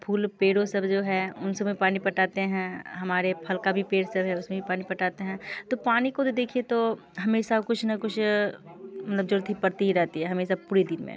फूल पेड़ों सब जो है उन सब में पानी पटाते हैं हमारे फल का भी पेड़ सब है उसमें भी पानी पटाते हैं तो पानी को भी देखिए तो हमेशा कुछ न कुछ मटलब जरूरत ही पड़ती रहती है हमेशा पूरे दिन में